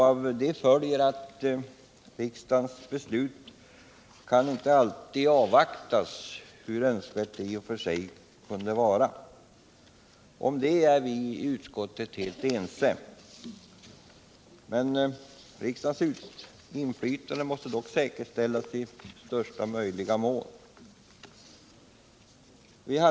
Av detta följer att riksdagens beslut inte alltid kan avvaktas, hur önskvärt det än i och för sig kunde vara, Om detta är vi i utskottet helt ense. Riksdagens inflytande måste dock säkerställas i största möjliga mån.